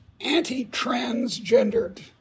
anti-transgendered